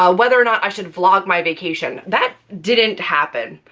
ah whether or not i should vlog my vacation. that didn't happen.